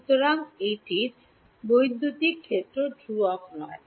সুতরাং এটির বৈদ্যুতিক ক্ষেত্র ধ্রুবক নয়